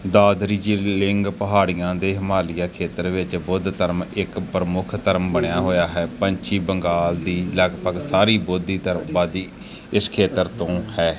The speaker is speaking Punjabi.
ਦਾਰਦਰੀਜੀਲਿੰਗ ਪਹਾੜੀਆਂ ਦੇ ਹਿਮਾਲਿਆ ਖੇਤਰ ਵਿੱਚ ਬੁੱਧ ਧਰਮ ਇੱਕ ਪ੍ਰਮੁੱਖ ਧਰਮ ਬਣਿਆ ਹੋਇਆ ਹੈ ਪੱਛਮੀ ਬੰਗਾਲ ਦੀ ਲਗਭਗ ਸਾਰੀ ਬੋਧੀ ਅਤੇ ਆਬਾਦੀ ਇਸ ਖੇਤਰ ਤੋਂ ਹੈ